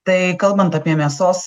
tai kalbant apie mėsos